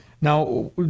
Now